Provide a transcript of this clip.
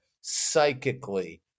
psychically